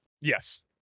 Yes